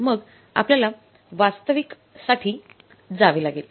मग आपल्याला वास्तविकसाठी जावे लागेल